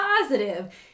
positive